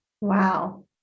Wow